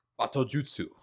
Batojutsu